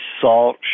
salt